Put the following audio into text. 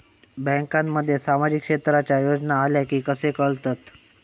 बँकांमध्ये सामाजिक क्षेत्रांच्या योजना आल्या की कसे कळतत?